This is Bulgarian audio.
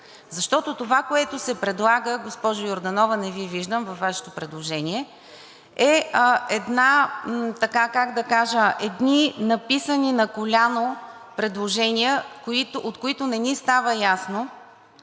защото това, което се предлага, госпожо Йорданова – не Ви виждам, във Вашето предложение, е, как да кажа, едни написани на коляно предложения, от които не ни става ясно